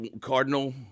Cardinal